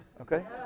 okay